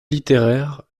littéraire